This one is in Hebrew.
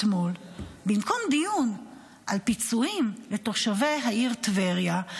במקום דיון על פיצויים לתושבי העיר טבריה,